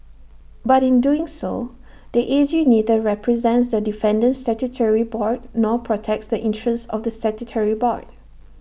but in doing so the A G neither represents the defendant statutory board nor protects the interests of the statutory board